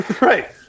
Right